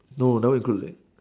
no that one include already